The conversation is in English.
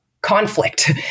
conflict